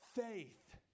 faith